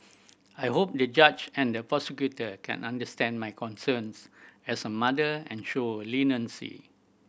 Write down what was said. I hope the judge and the prosecutor can understand my concerns as a mother and show leniency